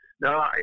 no